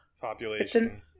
population